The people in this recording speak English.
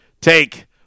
take